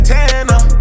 Tanner